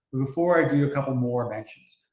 before i do a couple more mentions,